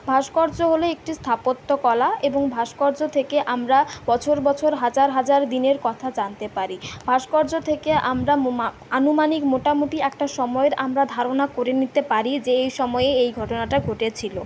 ভাস্কর্য হলো একটি স্থাপত্যকলা এবং ভাস্কর্য থেকে আমরা বছর বছর হাজার হাজার দিনের কথা জানতে পারি ভাস্কর্য থেকে আমরা আনুমানিক মোটামুটি একটা সময়ের আমরা ধারণা করে নিতে পারি যে এই সময়ে এই ঘটনাটা ঘটেছিল